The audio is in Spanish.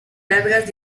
largas